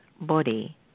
body